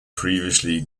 previously